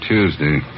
Tuesday